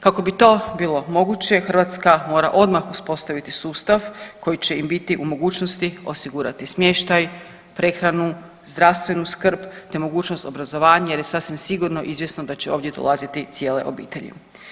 Kako bi to bilo moguće Hrvatska mora odmah uspostaviti sustav koji će im biti u mogućnosti osigurati smještaj, prehranu, zdravstvenu skrb, te mogućnost obrazovanja jer je sasvim sigurno izvjesno da će ovdje dolaziti cijele obitelji.